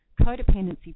codependency